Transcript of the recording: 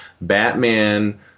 Batman